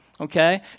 Okay